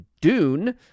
Dune